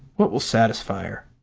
what will satisfy her?